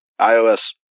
iOS